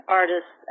artists